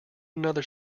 another